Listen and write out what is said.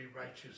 righteous